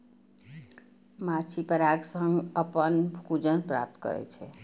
माछी पराग सं अपन भोजन प्राप्त करै छै